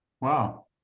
Wow